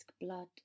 Blood